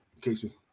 casey